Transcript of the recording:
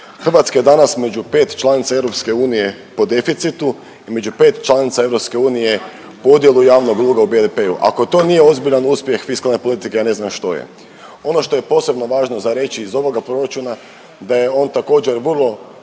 Hrvatska je danas među 5 članica EU po deficitu i među 5 članica EU po udjelu javnog duga u BDP-u. Ako to nije ozbiljan uspjeh fiskalne politike, ja ne znam što je. Ono što je posebno važno za reći iz ovoga proračuna, da je on također, vrlo